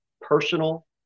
Personal